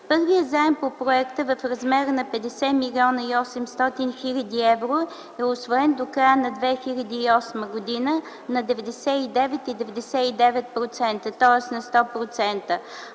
Първият заем по проекта в размер на 50 млн. 800 хил. евро е усвоен до края на 2008 г. на 99,99%, тоест на 100%.